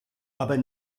aber